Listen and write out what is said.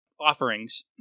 offerings